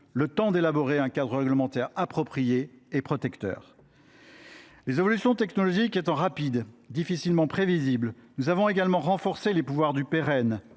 le temps d’élaborer un cadre réglementaire approprié et protecteur. Les évolutions technologiques étant rapides, difficilement prévisibles, nous avons également renforcé les pouvoirs du pôle